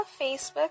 Facebook